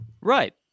Right